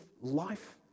life